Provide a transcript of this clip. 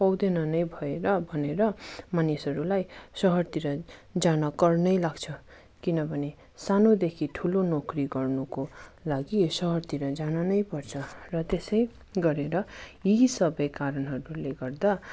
पाउँदैन नै भएर भनेर मानिसहरूलाई सहरतिर जान कर नै लाग्छ किनभने सानोदेखि ठुलो नोकरी गर्नको लागि सहरतिर जानु नै पर्छ र त्यसै गरेर यी सबै कारणहरूले गर्दा